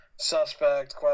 Suspect